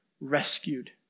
rescued